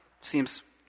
Seems